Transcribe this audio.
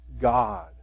God